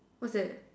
what's that